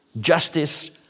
Justice